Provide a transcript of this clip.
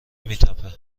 میتپه